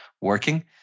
working